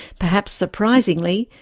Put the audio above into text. perhaps surprisingly,